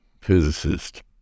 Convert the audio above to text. physicist